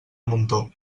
muntó